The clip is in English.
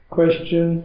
question